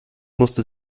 musste